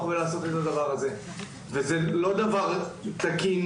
כמובן שזה לא תקין.